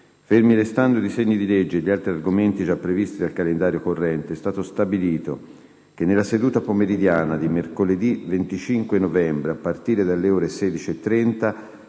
Fermi restando i disegni di legge e gli altri argomenti già previsti dal calendario corrente, è stato stabilito che nella seduta pomeridiana di mercoledì 25 novembre, a partire dalle ore 16,30,